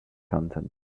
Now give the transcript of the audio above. content